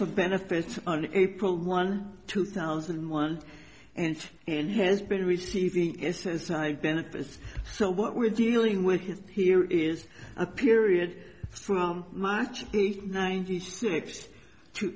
for benefits on april one two thousand and one and and has been receiving s s i benefits so what we're dealing with here is a period from march ninety six to